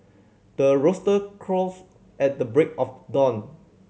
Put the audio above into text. the rooster crows at the break of dawn